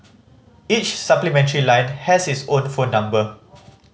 each supplementary line has its own phone number